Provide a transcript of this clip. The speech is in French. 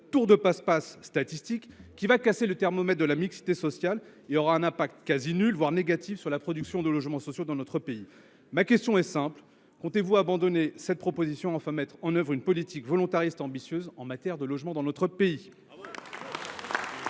tour de passe passe statistique qui cassera le thermomètre de la mixité sociale et dont l’incidence sera quasiment nulle, voire négative, sur la production de logements sociaux dans notre pays. Ma question est simple : comptez vous abandonner cette proposition et enfin mettre en œuvre une politique volontariste et ambitieuse en matière de logement ? Bravo !